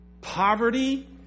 poverty